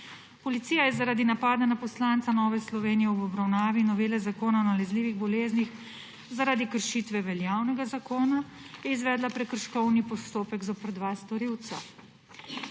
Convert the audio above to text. Policija je zaradi napada na poslanca Nove Slovenije ob obravnavi novele Zakona o nalezljivih boleznih zaradi kršitve veljavnega zakona izvedla prekrškovni postopek zoper dva storilca.